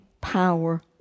power